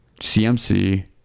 CMC